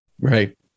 Right